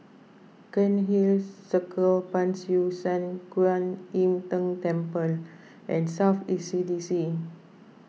Cairnhill Circle Ban Siew San Kuan Im Tng Temple and South East C D C